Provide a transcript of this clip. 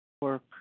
work